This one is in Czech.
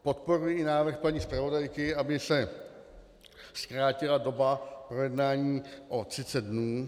Podporuji návrh paní zpravodajky, aby se zkrátila doba projednání o třicet dnů.